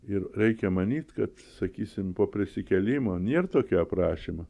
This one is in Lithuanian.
ir reikia manyt kad sakysim po prisikėlimo nėr tokio aprašymo